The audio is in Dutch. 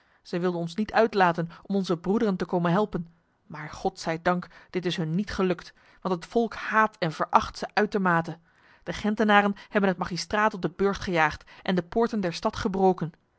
zij wilden ons niet uitlaten om onze broederen te komen helpen maar god zij dank dit is hun niet gelukt want het volk haat en veracht ze uitermate de gentenaren hebben het magistraat op de burcht gejaagd en de poorten der stad gebroken